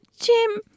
Jim